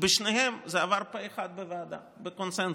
בשניהם זה עבר פה אחד בוועדה, בקונסנזוס.